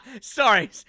Sorry